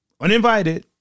uninvited